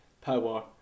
Power